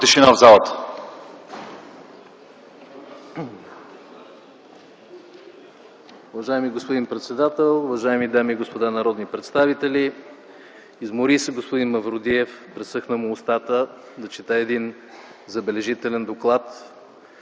тишина в залата.